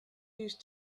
used